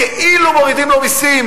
ב"כאילו" מורידים לו מסים,